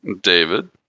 david